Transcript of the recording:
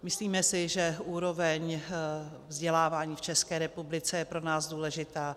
Myslíme si, že úroveň vzdělávání v České republice je pro nás důležitá.